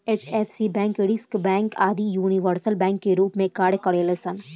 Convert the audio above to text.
HFC bank, Swiss bank आदि universal bank के रूप में कार्य करेलन सन